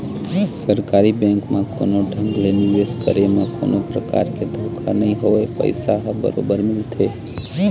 सरकारी बेंक म कोनो ढंग ले निवेश करे म कोनो परकार के धोखा नइ होवय पइसा ह बरोबर मिलथे